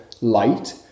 light